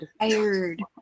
Tired